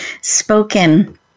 spoken